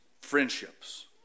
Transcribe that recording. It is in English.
friendships